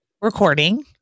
recording